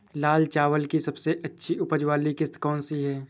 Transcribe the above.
लाल चावल की सबसे अच्छी उपज वाली किश्त कौन सी है?